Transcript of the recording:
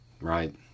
right